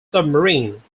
submarine